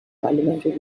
parliamentary